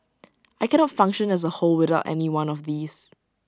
I cannot function as A whole without any one of these